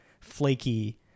flaky